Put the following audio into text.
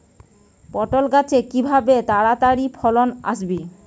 পটল গাছে কিভাবে তাড়াতাড়ি ফলন আসবে?